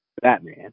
batman